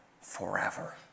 forever